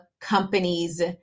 companies